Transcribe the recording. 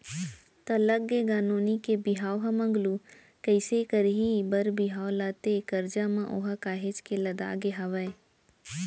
त लग गे का नोनी के बिहाव ह मगलू कइसे करही बर बिहाव ला ते करजा म ओहा काहेच के लदागे हवय